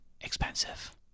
expensive